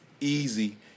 easy